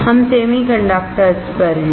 हम सेमीकंडक्टर्स पर हैं